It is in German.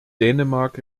dänemark